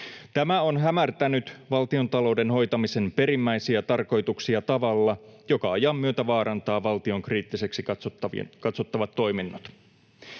Tämä on hämärtänyt valtiontalouden hoitamisen perimmäisiä tarkoituksia tavalla, joka ajan myötä vaarantaa valtion kriittiseksi katsottavat toiminnot.